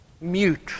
mute